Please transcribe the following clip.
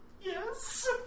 Yes